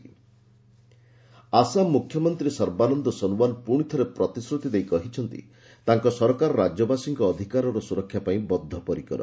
Assam CM appeal Assam ମୁଖ୍ୟମନ୍ତ୍ରୀ ସର୍ବାନନ୍ଦ ସୋନୱାଲ ପୁଣିଥରେ ପ୍ରତିଶ୍ରୁତି ଦେଇ କହିଛନ୍ତି ତାଙ୍କ ସରକାର ରାଜ୍ୟବାସୀଙ୍କ ଅଧିକାରର ସୁରକ୍ଷା ପାଇଁ ବଦ୍ଧପରିକର